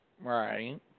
right